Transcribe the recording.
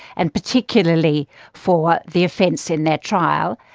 and particularly for the offence in their trial.